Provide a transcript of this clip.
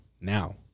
Now